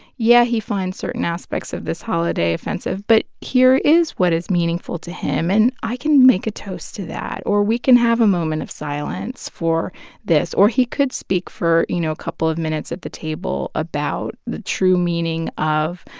yeah, he finds certain aspects of this holiday offensive. but here is what is meaningful to him, and i can make a toast to that. or we can have a moment of silence for this. or he could speak for, you know, a couple of minutes at the table about the true meaning of,